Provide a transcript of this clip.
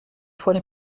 fois